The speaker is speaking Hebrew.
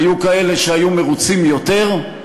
היו כאלה שהיו מרוצים יותר,